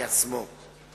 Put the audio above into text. ליישמו.